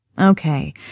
Okay